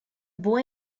boy